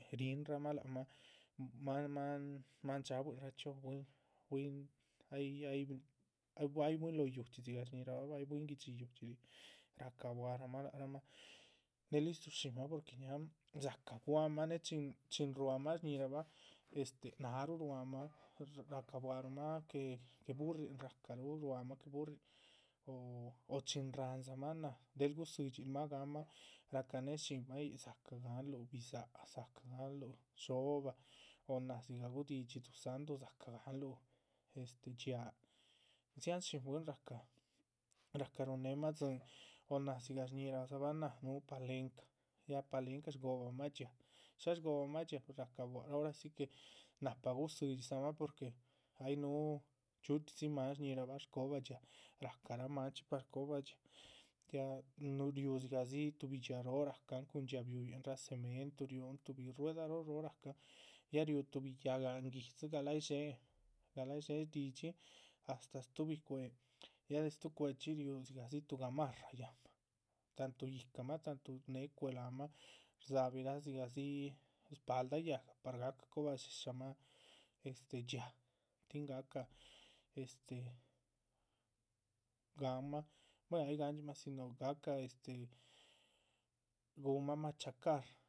Rihinramah lác mah máan máan dxaabuin chxí o bwín bwín ay ay ay bwín lóho yúuhdxi dzigah shñíhirahbah bah ay bwín guihdxi yúuhdxi rih, racabuaharamah lac rah mah. del listru shinmah porque ñáahan dzácah guahma née chin ruahmah shñíhirahbah náharuh ruámah racabuahrumah que burrinraa náharuh ruamah que burrin. o o chin ráhandzamah náh del gudzidxilmah gáhanmah racanéhe shinmah yíc, dzácah gáhanluh bidza´h dzácah gahanluh dhxóbah, o náh dzigah gudidxí duzáhndu. dzácah gáhanluh este dxiáa, dziáhan shín bwín rahca, rahca ruhunnehmah tzín, o náh dzigah shñíhiradzabah náh núhu palenca, ya palenca shgóhobamah dxhía. shásh shg+ohobamah dxhía rahcabua ora si que nahpa gudzidxidzamah porque ay núhu chxíu chxídzi máhan shñíhirabah shgóbah dxhía rahcara mancxhí par cóhobah dhxía. ya riú dzigah dzi tuhbi dhxía róho rahcan cuhun dxiáa bihuyin riúra cementu riú tuhbi rueda róh róh rahcan ya riú tuhbi yáhgan guidzi gala´yih dxéhe, gala´yih dxéhe shdidxín astáh stuhbi cuéh ya de stuh cuéhchxi riúh dzigadzi tuh gamarra yáhnmah tantu yíhcamah tantu néhe cuéh láhanmah rdzabirah dzigadzi. shpaldah yáhga par gáhca coba dshésha mah este dhxiá tin gahca este gáhanmah buehn ay gáhandximah si no gahca este gúhunmah machacar